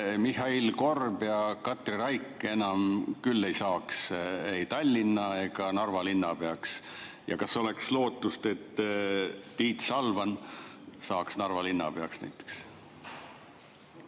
Mihhail Korb ja Katri Raik enam ei saaks ei Tallinna ega Narva linnapeaks? Ja kas oleks lootust, et näiteks Tiit Salvan saaks Narva linnapeaks?